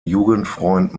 jugendfreund